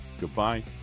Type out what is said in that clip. goodbye